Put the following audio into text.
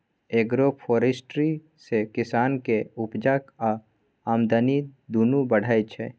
agroforestry सँ किसानक उपजा आ आमदनी दुनु बढ़य छै